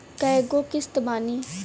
कय गो किस्त बानी?